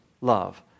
love